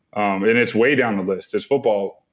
um and it's way down the list. there's football.